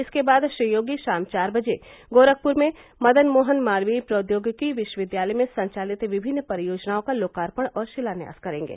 इसके बाद श्री योगी शाम चार बजे गोरखपुर में मदन मोहन मालवीय प्रौद्योगिकी विश्वविद्यालय में संचालित विभिन्न परियोजनाओं का लोकार्पण और शिलान्यास करेंगे